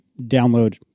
download